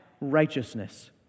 righteousness